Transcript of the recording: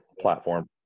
platform